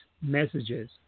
messages